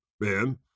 man